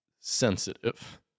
sensitive